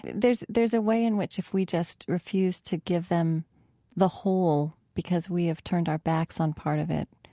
there's there's a way in which, if we just refuse to give them the whole because we have turned our backs on part of it,